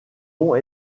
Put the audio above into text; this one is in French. ont